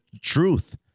truth